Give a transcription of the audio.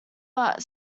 but